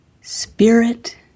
Spirit